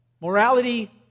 Morality